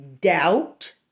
doubt